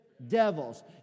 Devils